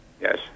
Yes